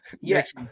Yes